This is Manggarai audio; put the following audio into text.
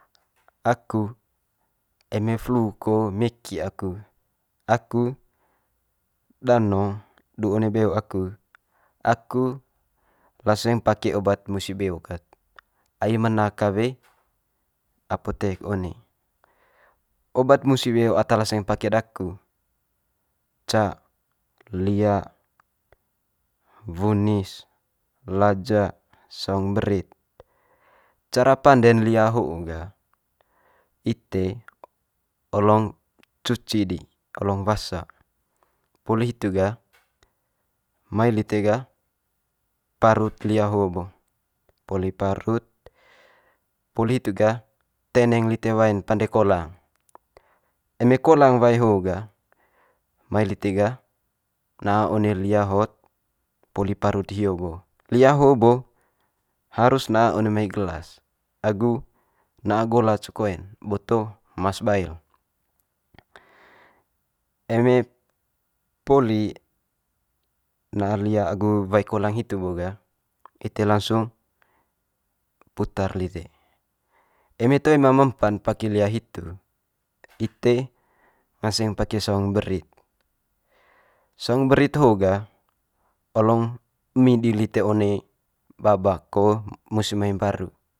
aku eme flu ko meki aku, aku danong du one beo aku, aku laseng pake obat musi beo ket, ai mena kawe apotek one. Obat musi beo ata laseng pake daku ca lia, wunis, laja, saung berit. Cara pande'n lia ho ga ite olong cuci di olong wasa, poli hitu ga mai lite gah parut lia ho bo. Poli parut, poli hitu ga teneng lite wae'n pande kolang. Eme kolang wae ho ga mai ite gah na one lia hot poli parut hio bo. Lia ho bo harus na one mai gelas agu na'a gola cekoe'n boto mas bail. Eme poli na lia agu wae kolang hitu bo ga, ite langsung putar lite. Eme toe ma mempan pake lia hitu ite nganseng pake saung berit. Saung berit ho ga olong emi di lite one baba ko musi mai mbaru.